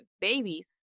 babies